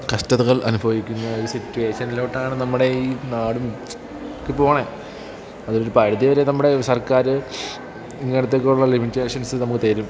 കഷ്ടതകൾ അനുഭവിക്കുന്ന ഒരു സിറ്റുവേഷനിലോട്ടാണ് നമ്മുടെ ഈ നാടും ഒക്കെ പോകുന്നേ അതൊരു പരിധി വരെ നമ്മുടെ സർക്കാർ ഇങ്ങനത്തേക്കുള്ള ലിമിറ്റേഷൻസ് നമുക്ക് തരും